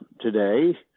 today